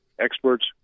experts